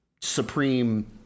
supreme